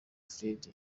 fred